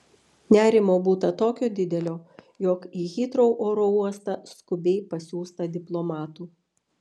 nerimo būta tokio didelio jog į hitrou oro uostą skubiai pasiųsta diplomatų